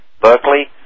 Berkeley